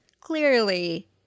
Clearly